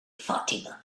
fatima